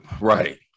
Right